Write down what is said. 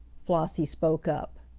flossie spoke up.